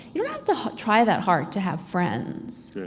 you don't have to try that hard to have friends.